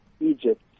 Egypt